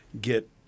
get